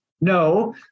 no